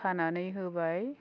खानानै होबाय